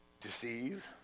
deceive